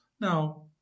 now